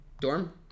Dorm